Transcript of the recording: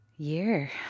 year